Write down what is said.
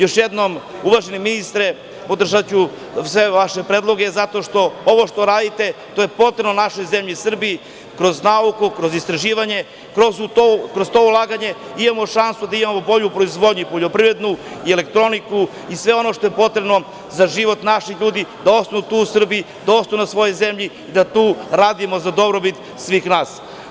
Još jednom, uvaženi ministre, podržaću sve vaše predloge, zato što ovo što radite, to je potrebno našoj zemlji Srbiji kroz nauku, kroz istraživanje, kroz to ulaganje imamo šansu da imamo bolju proizvodnju i poljoprivredu i elektroniku i sve ono što je potrebno za život naših ljudi, da ostanu tu u Srbiji, da ostanu na svojoj zemlji, da tu radimo za dobrobit svih nas.